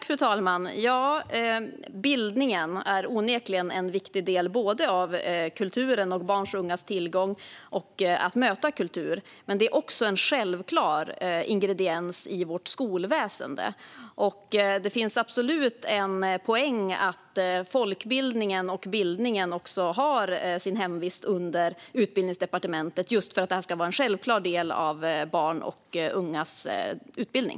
Fru talman! Bildningen är onekligen en viktig del av kulturen. Det handlar om barns och ungas tillgång till kultur och om att möta kultur. Men den är också en självklar ingrediens i vårt skolväsen. Det finns absolut en poäng med att folkbildningen och bildningen också har sin hemvist i Utbildningsdepartementet, just för att den ska vara en självklar del av barns och ungas utbildning.